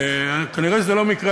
כנראה זה לא מקרה,